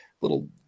little